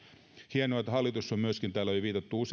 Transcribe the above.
hienoa että hallitus on myöskin